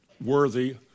worthy